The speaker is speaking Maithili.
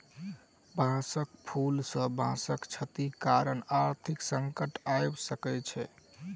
बांसक फूल सॅ बांसक क्षति कारण आर्थिक संकट आइब सकै छै